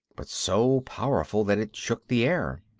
but so powerful that it shook the air.